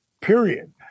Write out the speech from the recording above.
period